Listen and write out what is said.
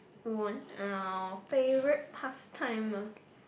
one favourite pastime ah